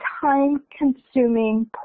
time-consuming